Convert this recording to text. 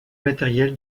matériel